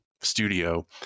studio